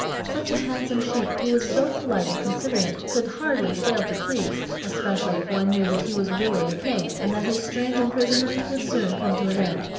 such a handsome sheep, who was so polite and considerate, could hardly fail to please, especially if one knew that he was really a king, and that his strange imprisonment would soon come to an end.